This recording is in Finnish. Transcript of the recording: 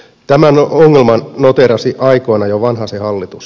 tämän ongelman noteerasi aikoinaan jo vanhasen hallitus